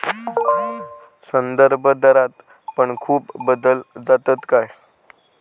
संदर्भदरात पण खूप बदल जातत काय?